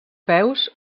peus